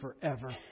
forever